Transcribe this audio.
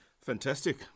Fantastic